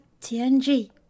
TNG